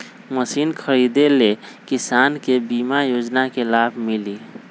Machine खरीदे ले किसान के बीमा योजना के लाभ मिली?